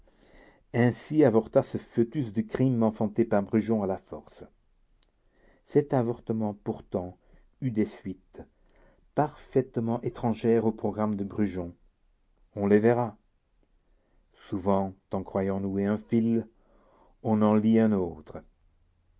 ainsi avorta ce foetus de crime enfanté par brujon à la force cet avortement pourtant eut des suites parfaitement étrangères au programme de brujon on les verra souvent en croyant nouer un fil on en lie un autre